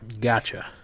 Gotcha